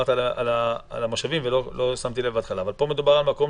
מטר כפי שהיא אמרה זה קיים בתקנות כבר.